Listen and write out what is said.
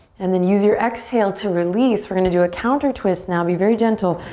and then use your exhale to release. we're gonna do a counter twist now, be very gentle.